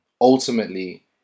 ultimately